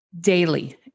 Daily